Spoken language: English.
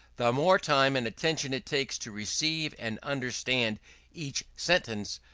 the more time and attention it takes to receive and understand each sentence,